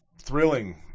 Thrilling